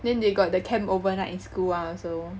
then they got the camp overnight in school [one] also